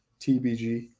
TBG